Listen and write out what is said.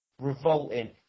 Revolting